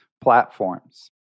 platforms